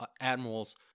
admiral's